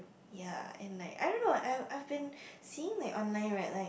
ya and like I don't know I I've been seeing like online right like